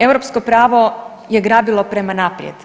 Europsko pravo je grabilo prema naprijed.